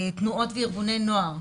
תנועות וארגוני נוער,